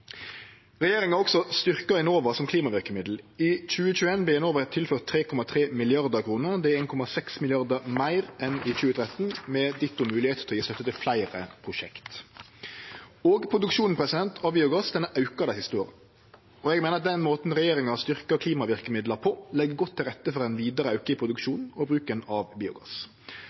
Regjeringa har også styrkt Enova som klimaverkemiddel. I 2021 vart Enova tilført 3,3 mrd. kr. Det er 1,6 mrd. kr meir enn i 2013, med ditto moglegheit til å gje støtte til fleire prosjekt. Produksjonen av biogass har auka dei siste åra. Eg meiner at den måten regjeringa har styrkt klimaverkemidla på, legg godt til rette for ein vidare auke i produksjonen og bruken av biogass.